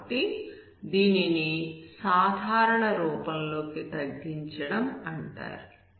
కాబట్టి దీనిని సాధారణ రూపంలోకి తగ్గించడం అంటారు